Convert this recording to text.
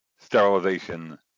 sterilization